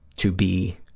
to be